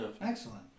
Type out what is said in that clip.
Excellent